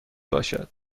باشد